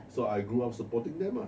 so I grew up supporting them lah